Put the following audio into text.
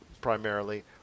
primarily